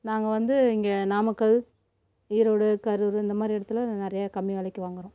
நாங்கள் வந்து இங்கே நாமக்கல் ஈரோடு கரூர் இந்த மாதிரி இடத்துல நான் நிறைய கம்மி விலைக்கி வாங்குகிறோம்